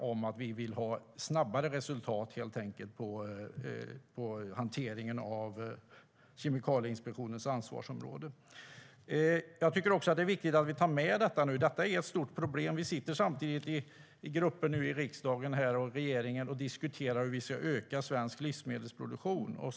Vi vill helt enkelt ha snabbare resultat när det gäller hanteringen av Kemikalieinspektionens ansvarsområde. Jag tycker också att det är viktigt att ta detta nu. Det är nämligen ett stort problem, och samtidigt sitter vi i grupper i riksdagen och regeringen och diskuterar hur vi ska öka svensk livsmedelsproduktion.